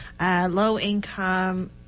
low-income